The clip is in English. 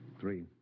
Three